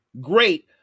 great